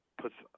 puts